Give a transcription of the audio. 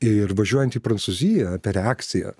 ir važiuojant į prancūziją ta reakcija